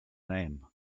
name